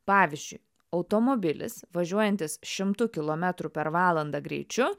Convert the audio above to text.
pavyzdžiui automobilis važiuojantis šimtu kilometrų per valandą greičiu